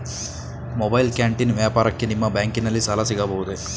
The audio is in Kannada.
ಮೊಬೈಲ್ ಕ್ಯಾಂಟೀನ್ ವ್ಯಾಪಾರಕ್ಕೆ ನಿಮ್ಮ ಬ್ಯಾಂಕಿನಲ್ಲಿ ಸಾಲ ಸಿಗಬಹುದೇ?